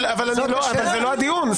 אבל זה לא הדיון.